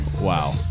Wow